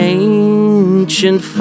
ancient